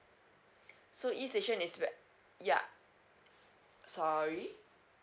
so E station is where ya sorry